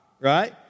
right